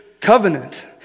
covenant